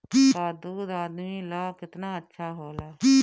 गाय का दूध आदमी ला कितना अच्छा होला?